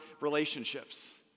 relationships